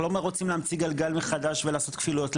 אנחנו לא רוצים להמציא גלגל מחדש ולעשות כפילויות,